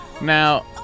Now